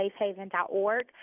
safehaven.org